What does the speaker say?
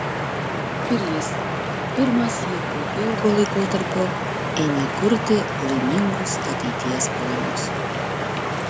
ir jis pirmąsyk po ilgo laikotarpio ėmė kurti laimingus ateities planus